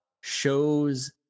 shows